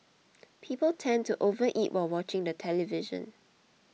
people tend to overeat while watching the television